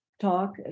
talk